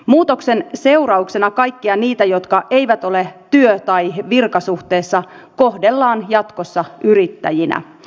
muutoksen seurauksena kaikkia niitä jotka eivät ole työ tai virkasuhteessa kohdellaan jatkossa yrittäjinä